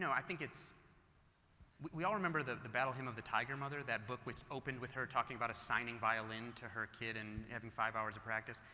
i think it's we all remember, the battle hymn of the tiger mother that book which opened with her talking about assigning violin to her kid and having five hours of practice.